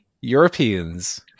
Europeans